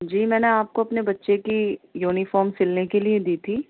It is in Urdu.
جی میں نے آپ کو اپنے بچے کی یونیفام سلنے کے لیے دی تھی